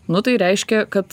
nu tai reiškia kad